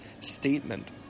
statement